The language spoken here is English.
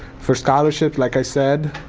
for scholarships, like i said,